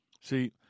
See